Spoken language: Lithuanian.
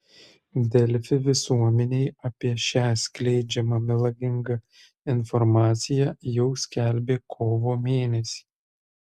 delfi visuomenei apie šią skleidžiamą melagingą informaciją jau skelbė kovo mėnesį